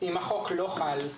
אם החוק לא חל,